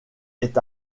est